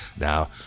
now